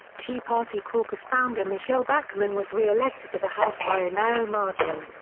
tea party caucus founder michele bachmann was re-elected to the house by a narrow margin.